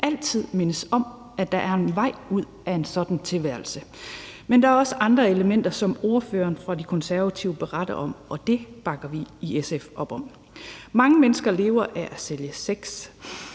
altid mindes om, at der er en vej ud af en sådan tilværelse. Men der er også andre elementer, som ordføreren for De Konservative beretter om, og det bakker vi i SF op om. Mange mennesker lever af at sælge sex.